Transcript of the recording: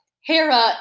Hera